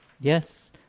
Yes